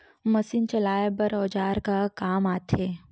Machine चलाए बर औजार का काम आथे?